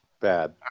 Bad